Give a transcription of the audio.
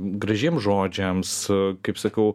gražiems žodžiams kaip sakau